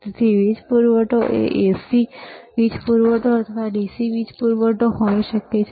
તેથી વીજ પૂરવઠો AC વીજ પૂરવઠો અથવા DC વીજ પૂરવઠો હોઈ શકે છે